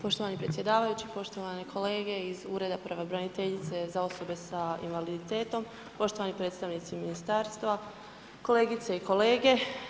Poštovani predsjedavajući, poštovane kolege iz ureda pravobraniteljice za osobe sa invaliditetom, poštovani predstavnici ministarstva, kolegice i kolege.